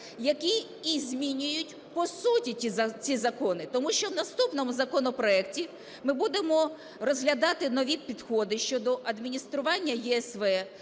які і змінюють по суті ці закони. Тому що в наступному законопроекті ми будемо розглядати нові підходи щодо адміністрування ЄСВ,